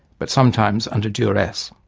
but sometimes under duress.